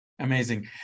Amazing